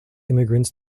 immigrants